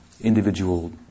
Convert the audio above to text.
individual